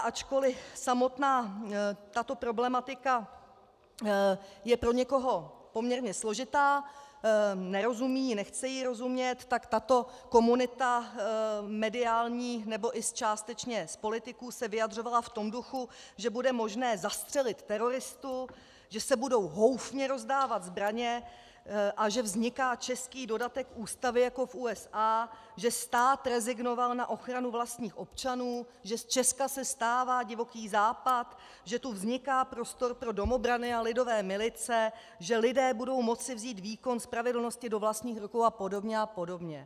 Ačkoliv samotná tato problematika je pro někoho poměrně složitá, nerozumí jí, nechce jí rozumět, tak tato komunita mediální, nebo částečně i z politiků, se vyjadřovala v tom duchu, že bude možné zastřelit teroristu, že se budou houfně rozdávat zbraně a že vzniká český dodatek Ústavy jako v USA, že stát rezignoval na ochranu vlastních občanů, že z Česka se stává Divoký západ, že tu vzniká prostor pro domobrany a lidové milice, že lidé budou moci vzít výkon spravedlnosti do vlastních rukou a podobně.